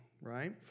right